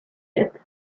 yet